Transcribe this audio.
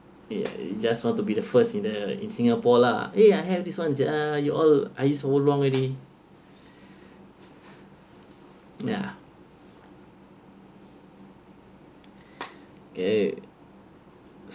just want to be the first in the in singapore lah eh I have this one uh you all I used so long already ya K